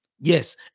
Yes